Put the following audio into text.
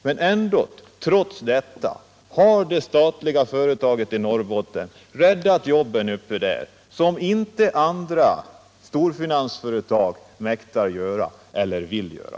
Men trots detta har det statliga företaget i Norrbotten räddat jobben där uppe, vilket inte andra storfinansföretag mäktar eller vill göra.